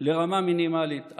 לרמה מינימלית.